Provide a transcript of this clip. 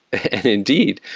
and indeed,